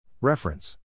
Reference